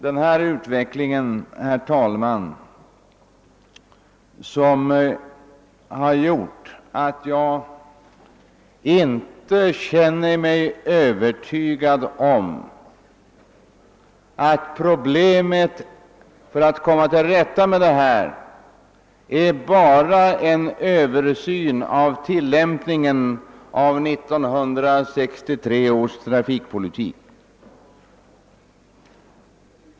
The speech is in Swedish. Det är denna utveckling som gjort att jag inte känner mig Ööver 'ygad om att det för att vi skall komma till rätta med detta problem räcker med en översyn av tillämpningen av 1963 års trafikpolitiska beslut.